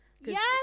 Yes